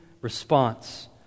response